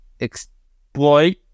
Exploit